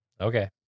Okay